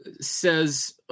says